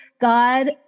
God